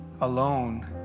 alone